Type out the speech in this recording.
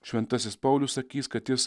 šventasis paulius sakys kad jis